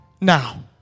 now